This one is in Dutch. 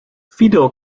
fidel